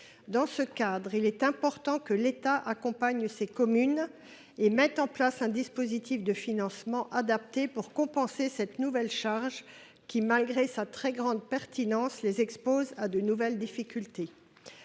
Dans ce cadre, il importe que l’État accompagne ces communes et mette en place un dispositif de financement adapté pour compenser cette nouvelle charge, qui, malgré sa très grande pertinence, les expose à de nouvelles difficultés.